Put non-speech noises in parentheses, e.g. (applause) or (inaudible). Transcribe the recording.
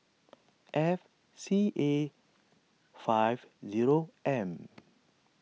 F C A five zero M (noise)